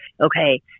okay